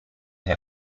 herr